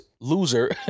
loser